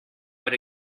but